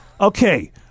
Okay